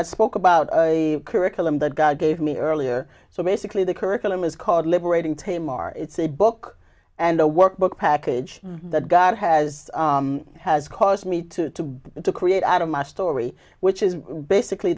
god spoke about a curriculum that god gave me earlier so basically the curriculum is called liberating tame our it's a book and a workbook package that god has has caused me to to create out of my story which is basically